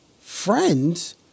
friends